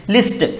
List